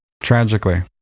Tragically